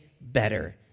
better